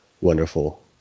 wonderful